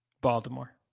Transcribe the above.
Baltimore